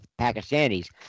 Pakistanis